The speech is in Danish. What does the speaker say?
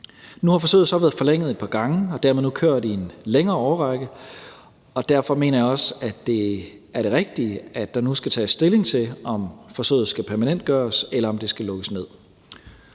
Nu har forsøget så været forlænget et par gange og dermed nu kørt i en længere årrække, og derfor mener jeg også, at det er det rigtige, at der nu skal tages stilling til, om forsøget skal permanentgøres, eller om det skal lukkes ned.